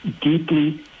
deeply